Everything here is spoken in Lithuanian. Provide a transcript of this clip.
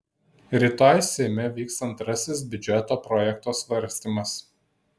rytoj seime vyks antrasis biudžeto projekto svarstymas